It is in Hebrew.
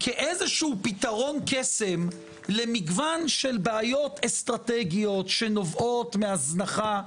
כאיזה שהוא פתרון קסם למגוון של בעיות אסטרטגיות שנובעות מהזנחה,